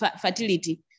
fertility